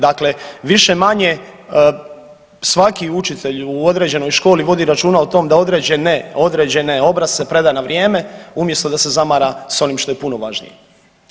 Dakle, više-manje svaki učitelj u određenoj školi vodi računa o tom da određene, određene obrasce predaje na vrijeme umjesto da se zamara s onim što je puno važnije.